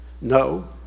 No